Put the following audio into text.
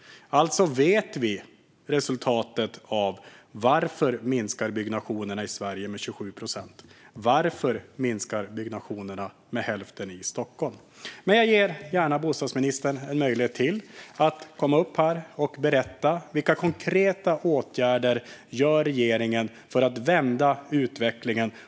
Alltså vet vi varför byggnationen i Sverige minskar med 27 procent och varför byggnationen minskar med hälften i Stockholm. Men jag ger gärna bostadsministern ännu en möjlighet att berätta vilka konkreta åtgärder regeringen vidtar för att vända utvecklingen.